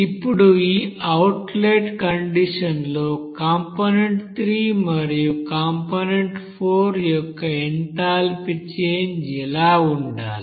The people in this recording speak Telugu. ఇప్పుడు ఈ అవుట్లెట్ కండిషన్ లో కాంపోనెంట్ 3 మరియు కాంపోనెంట్ 4 యొక్క ఎంథాల్పీ చేంజ్ ఎలా ఉండాలి